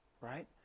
right